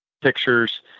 pictures